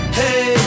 hey